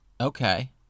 Okay